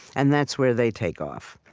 and that's where they take off.